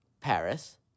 Paris